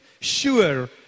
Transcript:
sure